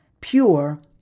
pure